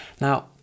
Now